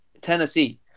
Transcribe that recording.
Tennessee